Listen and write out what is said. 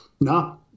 No